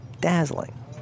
dazzling